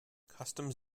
customs